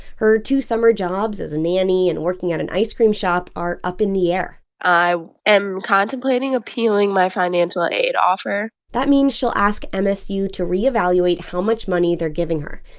her two summer jobs as a nanny and working at an ice cream shop are up in the air i am contemplating appealing my financial aid offer that means she'll ask msu to reevaluate how much money they're giving her.